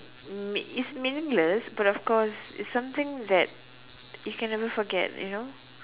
m~ it's meaningless but of course it's something that you can never forget you know